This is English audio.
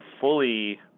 fully